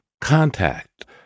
contact